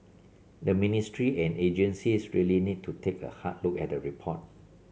the ministry and agencies really need to take a hard look at the report